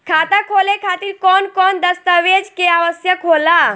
खाता खोले खातिर कौन कौन दस्तावेज के आवश्यक होला?